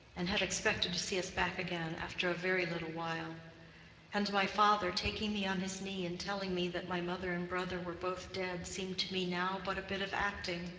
and had expected to see us back again after a very little while and my father taking me on his knee and telling me that my mother and brother were both dead seemed to me now but a bit of acting,